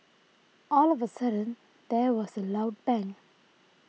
all of a sudden there was a loud bang